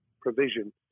provision